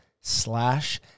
slash